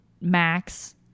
Max